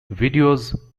videos